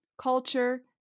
culture